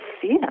fear